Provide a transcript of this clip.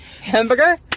Hamburger